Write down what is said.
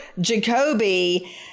Jacoby